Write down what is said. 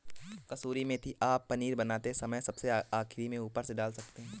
कसूरी मेथी को आप पनीर बनाते समय सबसे आखिरी में ऊपर से डाल सकते हैं